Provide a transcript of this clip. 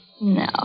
No